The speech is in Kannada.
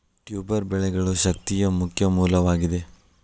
ಟ್ಯೂಬರ್ ಬೆಳೆಗಳು ಶಕ್ತಿಯ ಮುಖ್ಯ ಮೂಲವಾಗಿದೆ